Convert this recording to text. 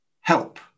help